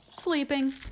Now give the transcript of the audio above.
Sleeping